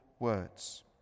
Words